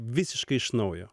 visiškai iš naujo